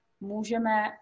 Můžeme